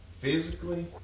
physically